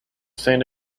saint